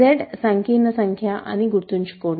Z సంకీర్ణ సంఖ్య అని గుర్తుంచుకోండి